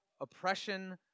oppression